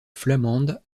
flamande